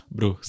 Bro